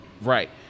Right